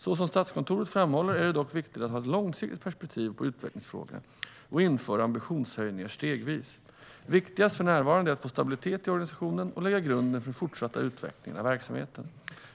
Så som Statskontoret framhåller är det dock viktigt att ha ett långsiktigt perspektiv på utvecklingsfrågorna och införa ambitionshöjningar stegvis. Viktigast för närvarande är att få stabilitet i organisationen och lägga grunden för den fortsatta utvecklingen av verksamheten.